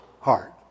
heart